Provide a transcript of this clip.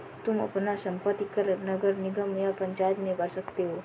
तुम अपना संपत्ति कर नगर निगम या पंचायत में भर सकते हो